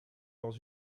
dans